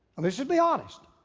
and we should be honest.